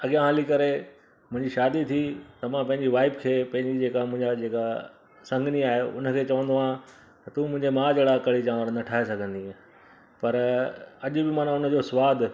अॻियां हली करे मुंहिंजी शादी थी त मां पंहिंजी वाइफ खे पंहिंजी जेका मुंहिंजा जेका संगनी आहे उन खे चवंदो आहियां त तू मुंहिंजे मां जेहिड़ा कढ़ी चांवर न ठाहे सघंदी आहे पर अॼु बि माना हुन जो सवादु